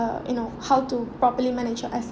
uh you know how to properly manage your as~